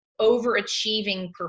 overachieving